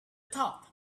top